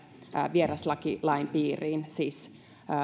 vieraslajien piiriin siis